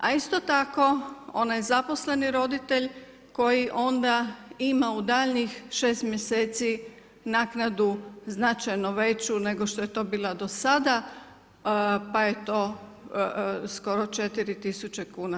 A isto tako onaj zaposleni roditelj koji onda ima u daljnjih 6 mjeseci naknadu značajno veću nego što je to bila do sada, pa je to skoro 4000 kuna.